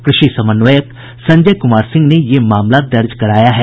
कृषि समन्वय संजय कुमार सिंह ने यह मामला दर्ज कराया है